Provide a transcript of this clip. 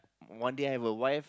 one day I've a wife